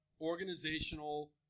organizational